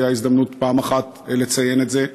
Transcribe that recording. הייתה הזדמנות פעם אחת לציין את זה.